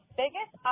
biggest